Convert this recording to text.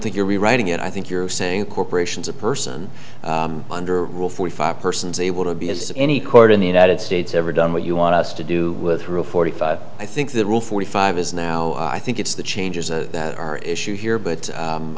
think you're rewriting it i think you're saying corporations a person under rule forty five persons able to be as any court in the united states ever done what you want us to do with rule forty five i think the rule forty five is now i think it's the changes that are issue here but